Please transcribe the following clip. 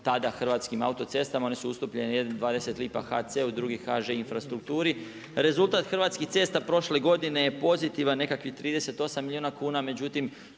tada Hrvatskim autocestama, one su ustupljene jedni 20 lipa HC-u drugi HŽ infrastrukturi. Rezultat Hrvatskih cesta prošle godine je pozitivan, nekakvih 38 milijuna kuna,